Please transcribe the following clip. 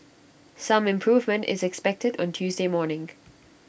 some improvement is expected on Tuesday morning